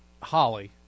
Holly